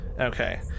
Okay